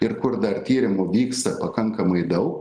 ir kur dar tyrimų vyksta pakankamai daug